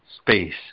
space